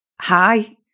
hi